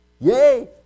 Yay